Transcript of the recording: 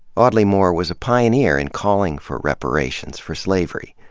audley moore was a pioneer in calling for reparations for slavery.